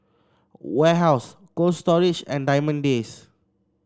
Warehouse Cold Storage and Diamond Days